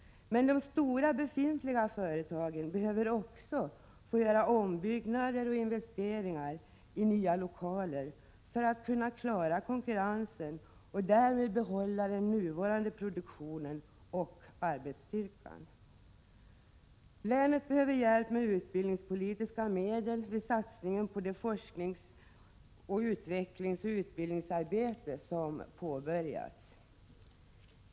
Men de stora befintliga företagen behöver också få göra ombyggnader och investeringar i nya lokaler för att kunna klara konkurrensen och därmed behålla den nuvarande produktionen och arbetsstyrkan. Länet behöver hjälp med utbildningspolitiska medel vid satsningen på det forsknings, utvecklingsoch utbildningsarbete som påbörjats.